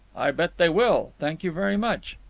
i bet they will. thank you very much.